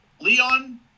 Leon